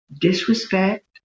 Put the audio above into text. Disrespect